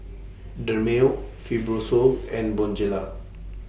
Dermale Fibrosol and Bonjela